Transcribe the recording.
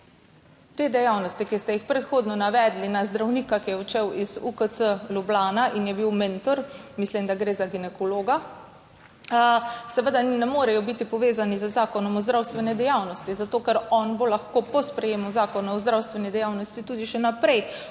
Te dejavnosti, ki ste jih predhodno navedli v zvezi z zdravnikom, ki je odšel iz UKC Ljubljana in je bil mentor, mislim, da gre za ginekologa, seveda ne morejo biti povezane z zakonom o zdravstveni dejavnosti, zato ker bo on lahko po sprejetju zakona o zdravstveni dejavnosti še naprej